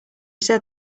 said